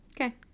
okay